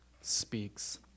speaks